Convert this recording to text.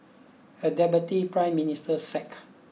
a deputy prime minister sacked